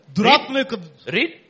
Read